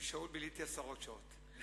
עם שאול ביליתי עשרות שעות.